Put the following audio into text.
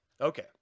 Okay